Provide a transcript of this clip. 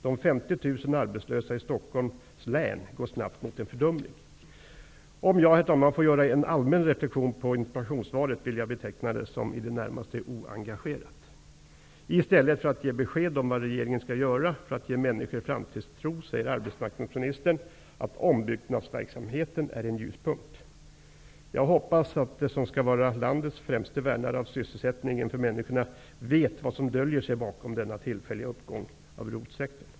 De 50 000 arbetslösa i Stockholms län går snabbt mot en fördubbling. Om jag, herr talman, får göra en allmän reflektion med anledning av interpellationssvaret, vill jag beteckna det som i det närmaste oengagerat. I stället för att ge besekd om vad regeringen skall göra för att ge människor framtidstro, säger arbetsmarknadsministern att ombyggnadsverksamheten är en ljuspunkt. Jag hoppas att den som skall vara landets främste värnare av sysselsättningen för människorna vet vad som döljer sig bakom denna tillfälliga uppgång av ROT-sektorn.